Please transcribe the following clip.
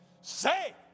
say